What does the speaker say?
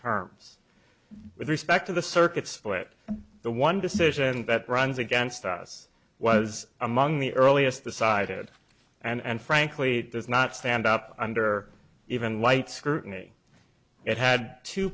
terms with respect to the circuit split the one decision that runs against us was among the earliest decided and frankly does not stand up under even light scrutiny it had two